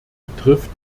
betrifft